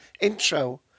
intro